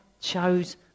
chose